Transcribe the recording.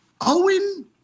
Owen